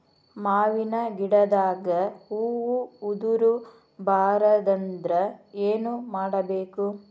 ಮಾವಿನ ಗಿಡದಾಗ ಹೂವು ಉದುರು ಬಾರದಂದ್ರ ಏನು ಮಾಡಬೇಕು?